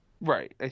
Right